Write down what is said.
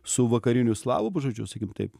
su vakarinių slavų žodžiu sakykim taip